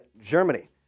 Germany